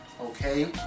Okay